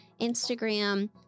Instagram